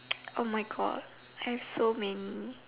oh my God I have so many